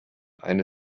eine